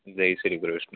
Jay Shri Krishna